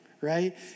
right